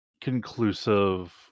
conclusive